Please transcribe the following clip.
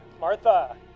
martha